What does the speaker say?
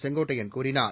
செங்கோட்டையன் கூறினார்